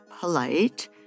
polite